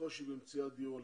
וקושי במציאת דיור הולם,